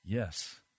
Yes